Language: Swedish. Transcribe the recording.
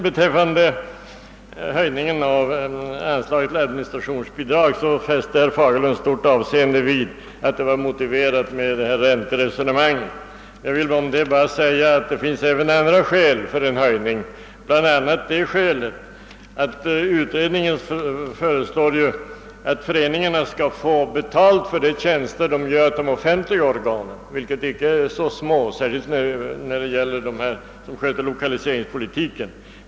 Beträffande höjningen av anslaget till administrationsbidrag fäste herr Fagerlund stort avseende vid att det var motiverat med detta ränteresonemang. Jag vill om detta bara säga att det även finns andra skäl för en höjning, bland annat att utredningen före slår att föreningarna skall få betalt för de tjänster de gör de offentliga organen och de är inte så små, särskilt inte de som sköter lokaliseringspolitiken.